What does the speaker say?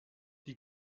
die